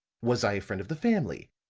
was i a friend of the family?